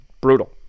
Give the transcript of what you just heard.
brutal